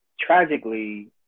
tragically